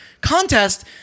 contest